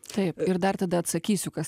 taip ir dar tada atsakysiu kas